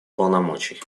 полномочий